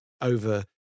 over